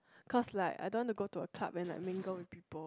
cause like I don't want to go a club when I mingle with people